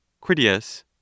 Critias